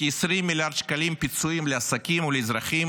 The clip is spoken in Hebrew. כ-20 מיליארד שקלים פיצויים לעסקים ולאזרחים